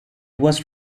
was